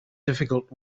difficult